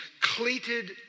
cleated